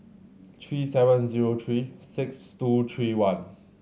three seven zero three six two three one